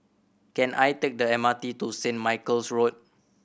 can I take the M R T to Saint Michael's Road